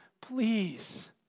please